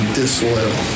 disloyal